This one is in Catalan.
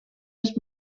els